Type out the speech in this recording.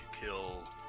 kill